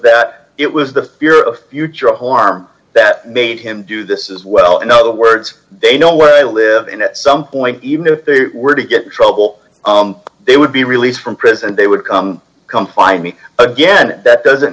that it was the fear of future harm that made him do this is well i know the words they know where i live and at some point even if they were to get trouble they would be released from prison and they would come come find me again that doesn't